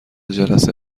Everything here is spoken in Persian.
جلسه